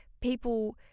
People